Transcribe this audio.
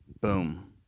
Boom